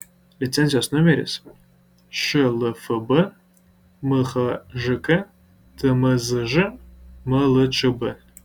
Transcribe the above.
licenzijos numeris šlfb mhžk tmzž mlčb